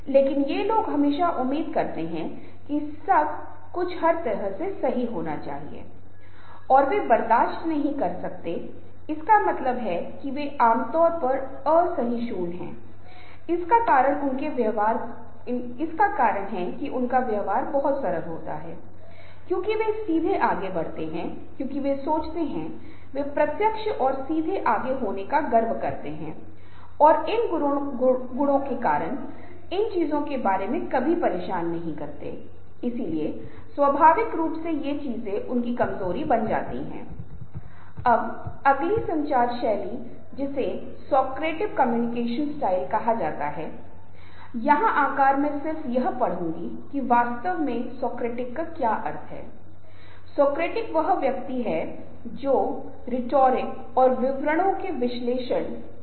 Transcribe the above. इसलिए हमें समझना होगा और हमें हमेशा उन्हें महसूस करना चाहिए कि हाँ यदि हम सभी समान रूप से महत्वपूर्ण हैं और वे समूह में बहुत योगदान दे सकते हैं और यदि किसी प्रकार की प्रेरणा दी जाती है और किसी प्रकार की व्यक्तिगत भावना और स्पर्श व्यक्त किया जाता है तो ये लोग हमेशा उस समूह का हिस्सा महसूस करेंगे जो संभव भी है लेकिन ऐसा कठिनाइयाँ समस्याएं आएँगी आखिर हम सब इंसान हैं और कभी कभी ऐसा होता है कि एक समूह में एक या दो सदस्य सहमत होते हैं या नहीं होते चीजों को देखने का तरीका अलग होता है लेकिन हमारी बोलने की प्रक्रिया के माध्यम से एक अच्छा श्रोता और संचारक होने के नाते यह उन्हें सभी मतभेदों के बावजूद आश्वस्त करने और उन्हें एक साथ लाने के लिए भी संभव है